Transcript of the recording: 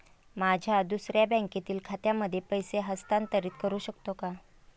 माझ्या दुसऱ्या बँकेतील खात्यामध्ये पैसे हस्तांतरित करू शकतो का?